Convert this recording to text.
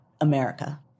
America